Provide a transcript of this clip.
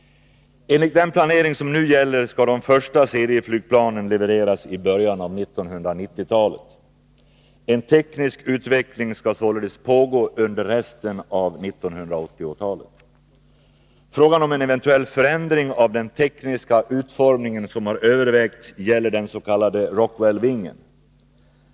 Enligt den planering som nu gäller skall de första serieflygplanen levereras i början av 1990-talet. En teknisk utveckling skall således pågå under resten av 1980-talet. Frågan om en eventuell förändring av den tekniska utformningen, som har övervägts, gäller den s.k. Rockwell-vingen.